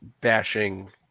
bashing